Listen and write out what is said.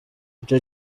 icyo